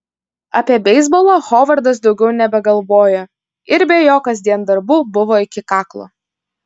apie beisbolą hovardas daugiau nebegalvojo ir be jo kasdien darbų buvo iki kaklo